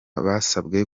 basabwe